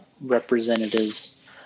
representatives